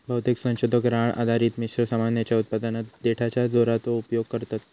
बहुतेक संशोधक राळ आधारित मिश्र सामानाच्या उत्पादनात देठाच्या दोराचो उपयोग करतत